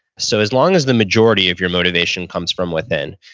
so, as long as the majority of your motivation comes from within,